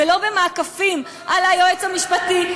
ולא במעקפים על היועץ המשפטי,